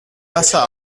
wasser